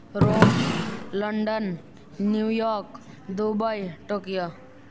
Rome London New York Dubai Tokyo